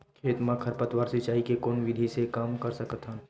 खेत म खरपतवार सिंचाई के कोन विधि से कम कर सकथन?